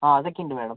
ആ അതൊക്കെ ഉണ്ട് മേഡം